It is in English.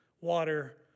water